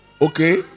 Okay